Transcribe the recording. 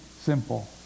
simple